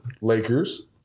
Lakers